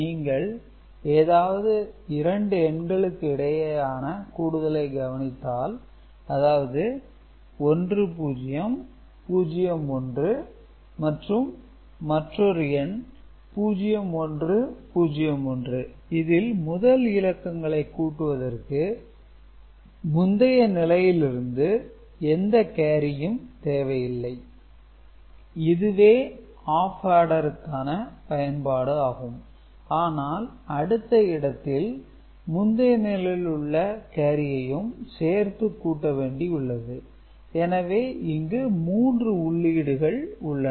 நீங்கள் ஏதாவது 2 எண்களுக்கு இடையேயான கூடுதலை கவனித்தால் அதாவது 10 01 மற்றும் மற்றொரு எண் 0101 இதில் முதல் இலக்கங்களை கூட்டுவதற்கு முந்தைய நிலையிலிருந்து எந்த கேரியும் தேவை இல்லை இதுவே ஆப் ஆர்டர் க்காண பயன்பாடு ஆகும் ஆனால் அடுத்த இடத்தில் முந்தைய நிலையிலுள்ள கேரியையும் சேர்த்து கூட்ட வேண்டி உள்ளது எனவே இங்கு மூன்று உள்ளீடுகள் உள்ளன